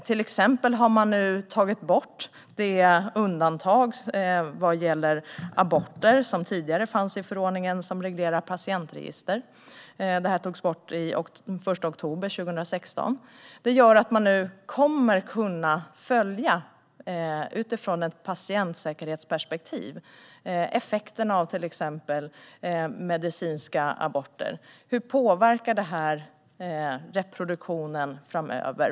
Till exempel har man nu tagit bort det undantag för aborter som tidigare fanns i förordningen som reglerar patientregister. Det togs bort den 1 oktober 2016, och det gör att man nu utifrån ett patientsäkerhetsperspektiv kommer att kunna följa effekten av till exempel medicinska aborter. Hur påverkar det här reproduktionen framöver?